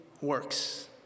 works